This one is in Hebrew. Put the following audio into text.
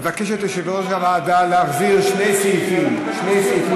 מבקשת יושבת-ראש הוועדה להחזיר שני סעיפים לוועדה,